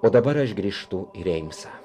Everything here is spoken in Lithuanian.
o dabar aš grįžtu į reimsą